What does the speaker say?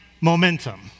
momentum